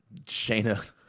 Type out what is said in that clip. Shayna